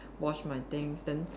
wash my things then